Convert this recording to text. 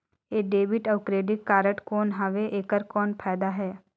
ये डेबिट अउ credit card कौन हवे एकर कौन फाइदा हे?